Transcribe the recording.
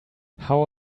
how